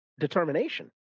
determination